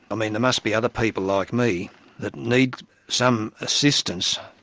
i mean there must be other people like me that need some assistance,